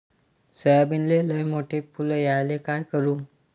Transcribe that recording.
सोयाबीनले लयमोठे फुल यायले काय करू?